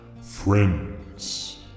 friends